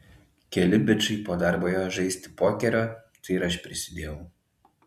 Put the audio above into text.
keli bičai po darbo ėjo žaisti pokerio tai ir aš prisidėjau